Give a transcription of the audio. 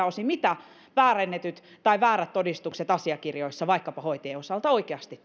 osin mitä väärennetyt tai väärät todistukset asiakirjoissa vaikkapa hoitajien osalta oikeasti